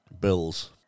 bills